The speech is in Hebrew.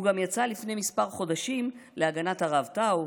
הוא גם יצא לפני כמה חודשים להגנת הרב טאו,